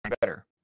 better